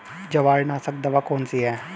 जवार नाशक दवा कौन सी है?